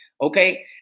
Okay